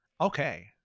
Okay